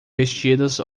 vestidas